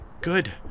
Good